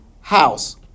house